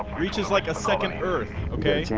reaches like a second earth ok